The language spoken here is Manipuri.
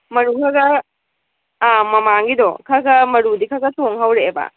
ꯃꯔꯨ ꯈꯔ ꯑꯥ ꯃꯃꯥꯡꯒꯤꯗꯣ ꯈꯔ ꯈꯔ ꯃꯔꯨꯗꯤ ꯈꯔ ꯈꯔ ꯇꯣꯡ ꯍꯧꯔꯛꯑꯦꯕ